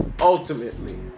ultimately